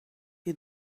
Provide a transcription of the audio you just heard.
you